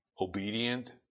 obedient